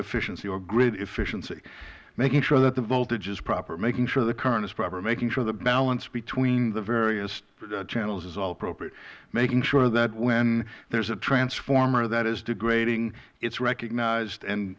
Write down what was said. efficiency or grid efficiency making sure that the voltage is proper making sure the current is proper making sure the balance between the channels is all appropriate making sure that when there is a transformer that is degrading it is recognized and